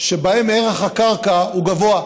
שבהם ערך הקרקע הוא גבוה,